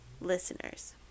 Listeners